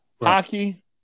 hockey